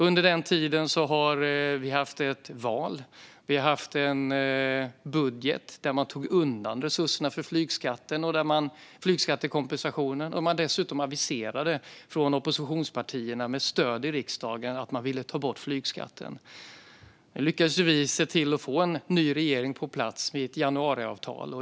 Under denna tid har vi haft ett val. Vi har fått en budget där man tog undan resurserna för flygskattekompensationen och där oppositionspartierna med stöd i riksdagen dessutom aviserade att de ville ta bort flygskatten. Nu lyckades vi se till att få en ny regering på plats med ett januariavtal.